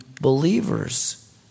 believers